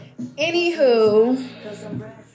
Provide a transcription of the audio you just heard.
Anywho